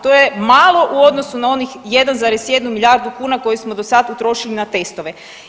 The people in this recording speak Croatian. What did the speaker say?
To je malo u odnosu na onih 1,1 milijardu kuna koje smo do sad utrošili na testove.